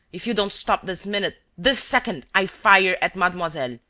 if you don't stop this minute, this second, i fire at mademoiselle!